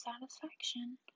satisfaction